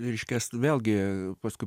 reiškias vėlgi paskui